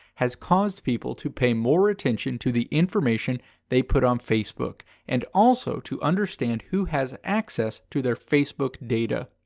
has caused people to pay more attention to the information they put on facebook, and also to understand who has access to their facebook data.